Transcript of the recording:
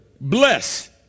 bless